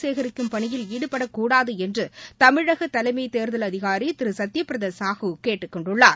சேகிக்கும் பணியில் ஈடுபடக்கூடாது என்று தமிழக தலைமை தேர்தல் அதிகாரி திரு சத்ய பிரதா சாஹூ கேட்டுக் கொண்டுள்ளார்